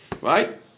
right